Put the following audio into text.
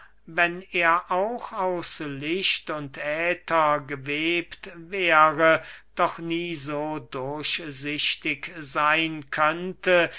wenn er auch aus licht und äther gewebt wäre doch nie so durchsichtig seyn könnte